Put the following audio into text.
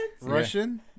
Russian